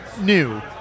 new